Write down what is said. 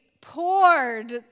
poured